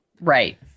Right